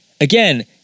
Again